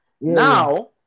Now